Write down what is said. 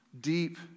deep